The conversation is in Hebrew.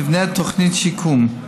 תיבנה תוכנית שיקום.